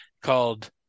called